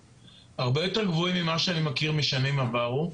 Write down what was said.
הרבה יותר גבוהים ממה שאני מכיר משנים עברו.